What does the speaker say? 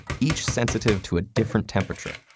each sensitive to a different temperature.